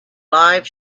live